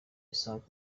isonga